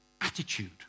attitude